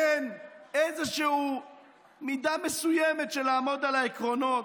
אין איזושהי מידה מסוימת של עמידה על העקרונות.